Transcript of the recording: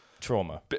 trauma